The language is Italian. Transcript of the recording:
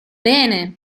bene